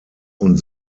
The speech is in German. und